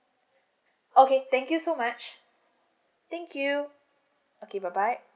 okay thank you so much thank you okay bye bye